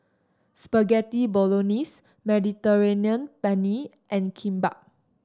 Spaghetti Bolognese Mediterranean Penne and Kimbap